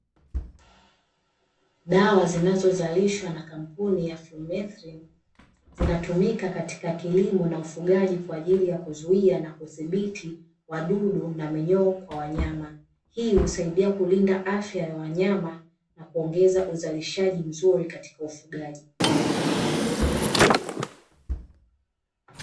Dawa zinazozalishwa na kampuni ya fulumethilini zinatumika katika kilimo na ufugaji kwa ajili ya kuzuia na kudhibiti wadudu na minyoo kwa wanyama, hii husaidia kulinda afya ya wanyama na kuongeza uzalishaji mzuri katika ufugaji.